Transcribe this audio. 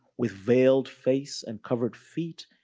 with veiled face and covered feet,